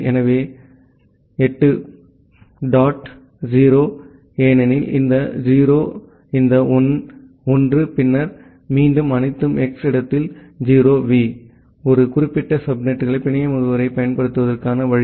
எனவே 8 டாட் 0 ஏனெனில் இந்த 0 இந்த 1 பின்னர் மீண்டும் அனைத்தும் எக்ஸ் இடத்தில் 0 வி ஒரு குறிப்பிட்ட சப்நெட்டுக்கான பிணைய முகவரியைப் பெறுவதற்கான வழி